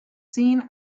seen